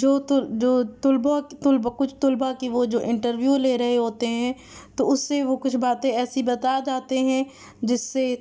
جو جو طلباء کی کچھ طلباء کی وہ جو انٹرویو لے رہے ہوتے ہیں تو اس سے وہ کچھ باتیں ایسی بتا جاتے ہیں جس سے